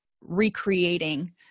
recreating